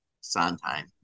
sondheim